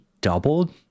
doubled